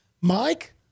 Mike